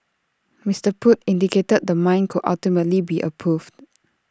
Mister Pruitt indicated the mine could ultimately be approved